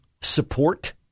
support